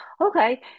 Okay